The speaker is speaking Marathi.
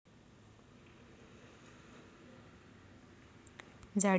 जाळी साधारणपणे तुलनेने पातळ धागे बांधून बनवली जातात